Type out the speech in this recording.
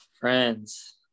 friends